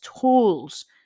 tools